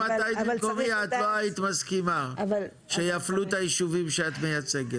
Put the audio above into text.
אם את היית במקומי את לא היית מסכימה שיפלו את היישובים שאת מייצגת.